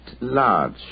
large